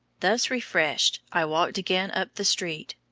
thus refreshed, i walked again up the street,